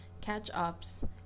catch-ups